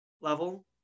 level